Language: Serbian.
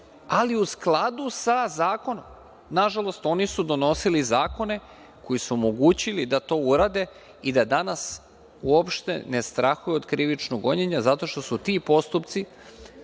ali u skladu sa zakonom. Nažalost, oni su donosili zakone koji su im omogućili da to urade i da danas uopšte ne strahuju od krivičnog gonjenja, zato što su ti postupci,